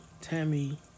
Tammy